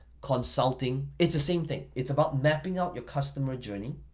consulting, it's the same thing. it's about mapping out your customer journey,